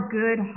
good